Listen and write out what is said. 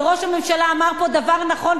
וראש הממשלה אמר פה דבר נכון,